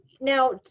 Now